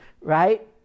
right